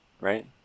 Right